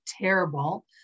terrible